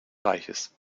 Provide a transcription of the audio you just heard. reiches